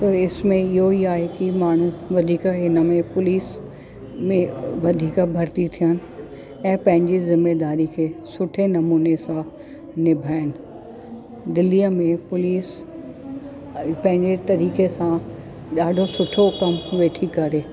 त इस में इयो ई आए की माण्हू वधीक हिन में पुलिस में वधीक भर्ती थियनि ऐं पंहिंजी जिम्मेदारी खे सुठे नमूने सां निभाइनि दिल्लीअ में पुलिस पंहिंजे तरीके़ सां ॾाढो सुठो कमु वेठी करे